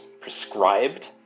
prescribed